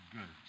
Good